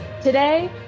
Today